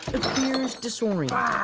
appears disoriented.